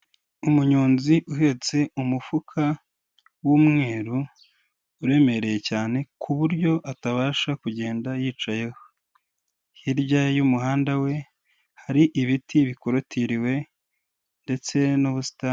Umunyonzi uhetse umufuka w'umweru uremereye cyane ku buryo atabasha kugenda yicayeho, hirya y'umuhanda we hari ibiti bikorotiriwe ndetse n'ubusitani.